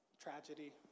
tragedy